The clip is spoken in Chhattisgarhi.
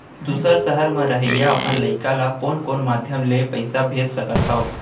दूसर सहर म रहइया अपन लइका ला कोन कोन माधयम ले पइसा भेज सकत हव?